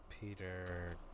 Peter